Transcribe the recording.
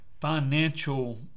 financial